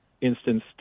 instance